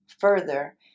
further